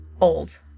old